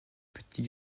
petit